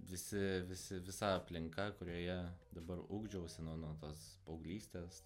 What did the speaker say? visi visi visa aplinka kurioje dabar ugdžiausi nuo nuo tos paauglystės